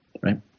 Right